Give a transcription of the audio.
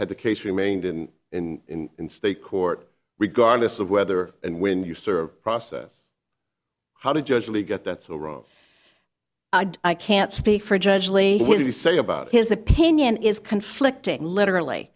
had the case remained in in in state court regardless of whether and when you served process how to judge league it that's all wrong i can't speak for judge lee when you say about his opinion is conflicting literally